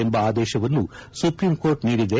ಎಂಬ ಆದೇಶವನ್ನು ಸುಪ್ರೀಂಕೋರ್ಟ್ ನೀಡಿದೆ